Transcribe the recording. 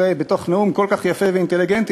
בתוך נאום כל כך יפה ואינטליגנטי,